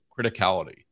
criticality